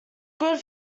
good